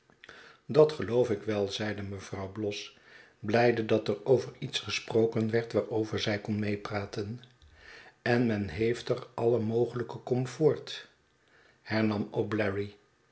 dat geloof ik wel zeide mevrouw bloss blijde dat er over iets gesproken werd waarover zij kon meepraten en men heeft er alien mogelijken comfort hernam